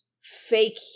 fake